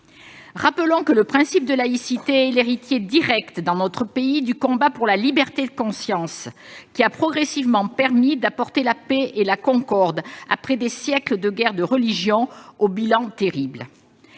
Rappelons que le principe de laïcité est l'héritier direct dans notre pays du combat pour la liberté de conscience, qui a progressivement permis d'apporter la paix et la concorde, après des siècles de guerres de religion au bilan terrible.